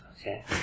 Okay